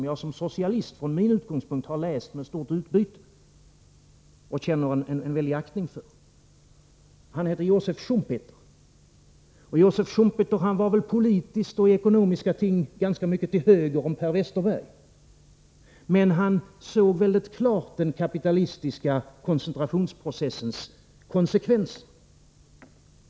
Jag som socialist har från min utgångspunkt läst honom med stort utbyte och känner en väldig aktning för honom. Han heter Joseph Schumpeter. Han var i politiska och ekonomiska ting ganska mycket till höger om Per Westerberg, men han såg mycket klart den kapitalistiska koncentrationsprocessens konsekvenser.